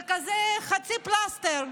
זה כזה חצי פלסטר.